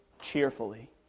cheerfully